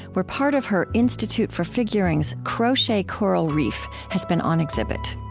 where part of her institute for figuring's crochet coral reef has been on exhibit